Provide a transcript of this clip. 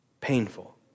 painful